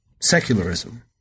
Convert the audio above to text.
secularism